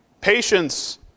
patience